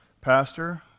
pastor